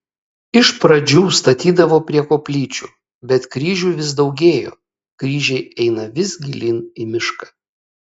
iš pradžių statydavo prie koplyčių bet kryžių vis daugėjo kryžiai eina vis gilyn į mišką